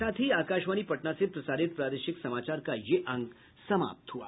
इसके साथ ही आकाशवाणी पटना से प्रसारित प्रादेशिक समाचार का ये अंक समाप्त हुआ